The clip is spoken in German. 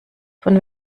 von